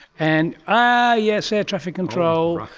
and ah yes, air traffic control,